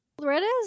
Loretta's